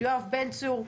יואב בן צור,